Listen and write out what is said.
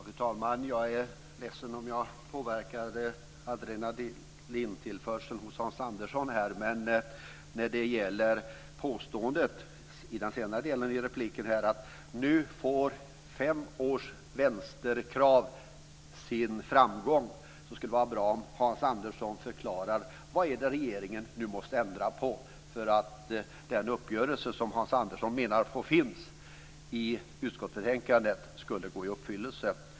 Fru talman! Jag är ledsen om jag påverkade adrenalintillförseln hos Hans Andersson. Men när det gäller påståendet i den senare delen av repliken att fem års vänsterkrav nu får sin framgång, skulle det vara bra om Hans Andersson förklarar vad det är regeringen måste ändra på för att den uppgörelse som Hans Andersson menar framgår i utskottsbetänkandet ska gå i uppfyllelse.